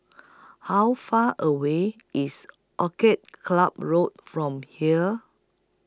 How Far away IS Orchid Club Road from here